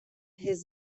his